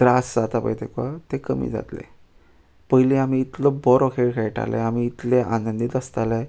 त्रास जाता पळय तुका ते कमी जातले पयलीं आमी इतलो बरो खेळ खेळटाले आमी इतले आनंदीत आसताले